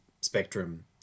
spectrum